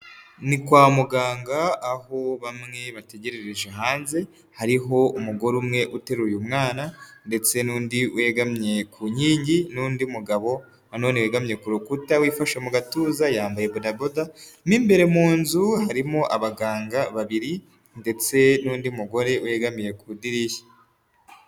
Ni kwa muganga aho bamwe bategerereje hanze, hariho umugore umwe uteruraye mwana ndetse n'undi wegamye ku nkingi n'undi mugabo na none wegamye ku rukuta, wifashe mu gatuza, yambaye bedaboda, mu imbere mu nzu harimo abaganga babiri ndetse n'undi mugore wegamiye ku idirishya.